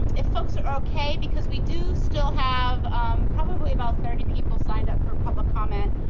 if folks are okay, because we do still have probably about thirty people signed up for public comment,